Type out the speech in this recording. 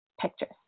pictures